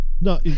No